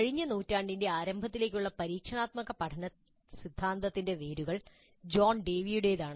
കഴിഞ്ഞ നൂറ്റാണ്ടിന്റെ ആരംഭത്തിലേയ്ക്കുള്ള പരീക്ഷണാത്മക പഠന സിദ്ധാന്തത്തിന്റെ വേരുകൾ ജോൺ ഡേവിയുടേതാണ്